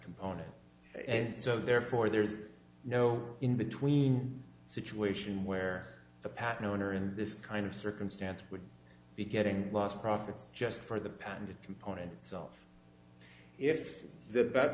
component and so therefore there is no in between situation where the patent owner in this kind of circumstance would be getting lost profits just for the patented component of self if the be